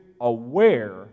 aware